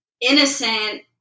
innocent